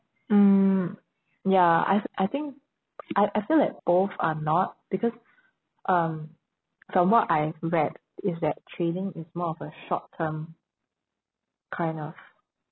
mm ya I th~ I think I I feel that both are not because um from what I read is that trading is more of a short term kind of